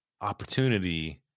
opportunity